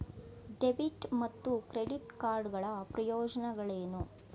Debit ಮತ್ತು credit card ಗಳ ಪ್ರಯೋಜನಗಳೇನು?